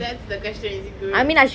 that's the question is it good